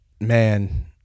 man